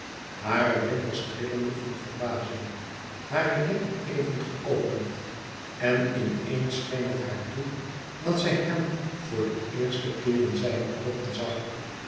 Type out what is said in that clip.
hare wimpers trillende van verbazing hare lippen even geopend en in eens scheen het haar toe dat zij hem voor den eersten keer in zijne oogen zag